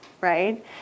right